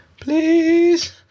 Please